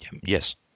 Yes